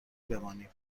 بمانیم